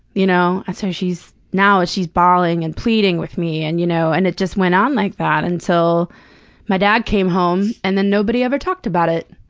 you know ah so she's now she's bawling and pleading with me and you know and it just went on like that until my dad came home, and then nobody ever talked about it.